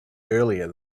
earlier